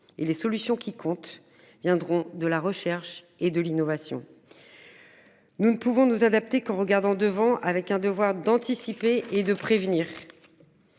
et les solutions qui compte viendront de la recherche et de l'innovation. Nous ne pouvons nous adapter qu'en regardant devant avec un devoir d'anticiper et de prévenir.